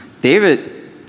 David